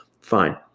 Fine